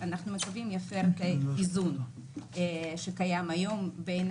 אנחנו מקווים, שישנה את האיזון שקיים היום בין